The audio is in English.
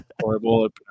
horrible